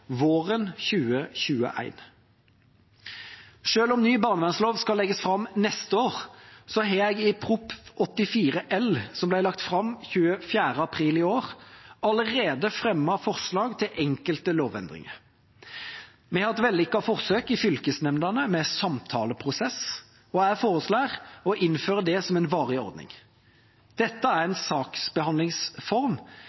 våren 2021. Selv om en ny barnevernslov skal legges fram neste år, har jeg i Prop. 84 L, som ble lagt fram 24. april i år, allerede fremmet forslag til enkelte lovendringer. Vi har hatt vellykkede forsøk i fylkesnemndene med samtaleprosess, og jeg foreslår å innføre det som en varig ordning. Dette er